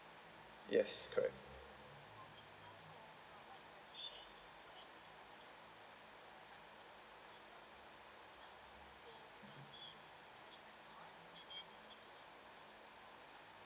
yes correct